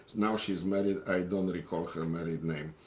now she is married. i don't recall her married name.